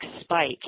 spike